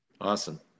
awesome